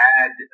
add